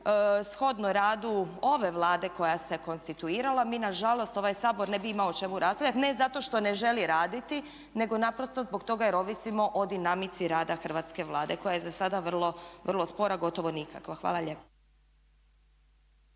shodno radu ove Vlade koja se konstituirala mi na žalost, ovaj Sabor ne bi imao o čemu raspravljati ne zato što ne želi raditi nego naprosto zbog toga jer ovisimo o dinamici rada hrvatske Vlade koja je za sada vrlo spora, gotovo nikakva. Hvala lijepa.